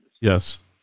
Yes